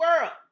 world